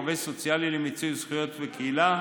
עובד סוציאלי למיצוי זכויות וקהילה,